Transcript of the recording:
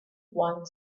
one